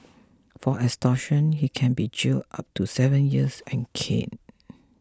for extortion he can be jailed up to seven years and caned